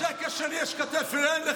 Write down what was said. בכתף שלי יש שקע שאין לך.